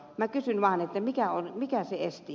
minä kysyn vaan mikä sen esti